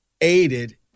aided